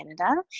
Canada